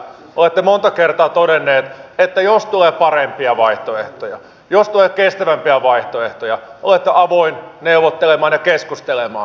olette monta kertaa todennut että jos tulee parempia vaihtoehtoja jos tulee kestävämpiä vaihtoehtoja olette avoin neuvottelemaan ja keskustelemaan